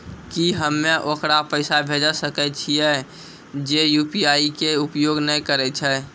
की हम्मय ओकरा पैसा भेजै सकय छियै जे यु.पी.आई के उपयोग नए करे छै?